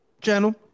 channel